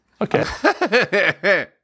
Okay